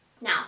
Now